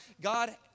God